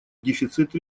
дефицит